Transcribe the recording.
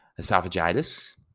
Esophagitis